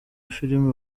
filime